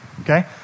okay